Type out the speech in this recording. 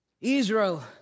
Israel